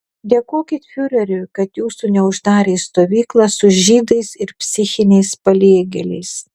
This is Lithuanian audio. dėkokit fiureriui kad jūsų neuždarė į stovyklą su žydais ir psichiniais paliegėliais